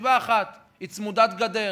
מסיבה אחת, היא צמודת גדר.